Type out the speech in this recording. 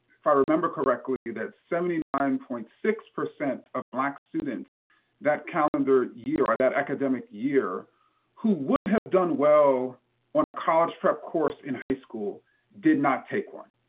if i remember correctly, that seventy nine point six of black students that calendar year or that academic year who would have done well on a college prep course in high school did not take one.